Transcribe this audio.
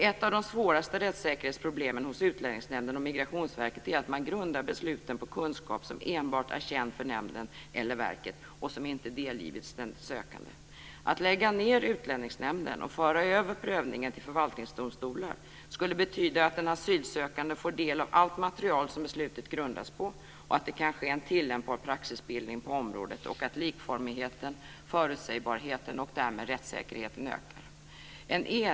Ett av de svåraste rättssäkerhetsproblemen hos Utlänningsnämnden och Migrationsverket är att man grundar besluten på kunskap som enbart varit känd för nämnden eller verket och som inte delgivits den sökande. Att lägga ned Utlänningsnämnden och föra över prövningen till förvaltningsdomstolar skulle betyda att den asylsökande får del av allt material som beslutet grundas på, att det kan ske en tillämpbar praxisbildning på området och att likformigheten, förutsägbarheten och därmed rättssäkerheten ökar.